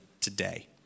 today